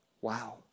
Wow